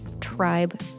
tribe